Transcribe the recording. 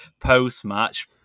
post-match